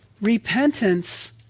Repentance